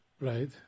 Right